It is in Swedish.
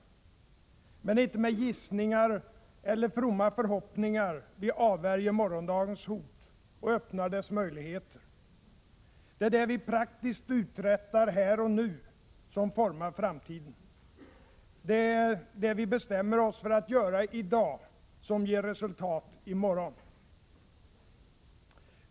Men det är inte med gissningar eller fromma förhoppningar vi avvärjer morgondagens hot och öppnar dess möjligheter. Det är det vi praktiskt uträttar här och nu som formar framtiden. Det är det vi bestämmer oss för att göra i dag som ger resultat i morgon.